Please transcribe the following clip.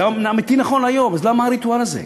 זה אמיתי ונכון להיום, אז למה הריטואל הזה?